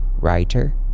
writer